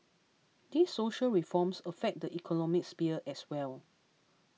these social reforms affect the economic sphere as well